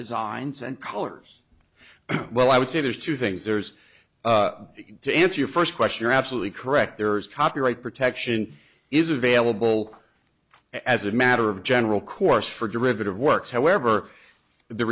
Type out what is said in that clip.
designs and colors well i would say there's two things there's to answer your first question are absolutely correct there is copyright protection is available as a matter of general course for derivative works however the